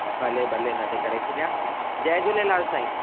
भले भले इन ते करे छॾियां जय झूलेलाल साईं